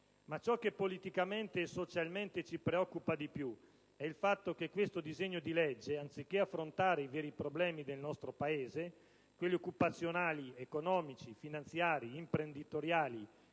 Ma ciò che politicamente e socialmente ci preoccupa di più è il fatto che questo disegno di legge, anziché affrontare i veri problemi del nostro Paese (quelli occupazionali, economici, finanziari, imprenditoriali,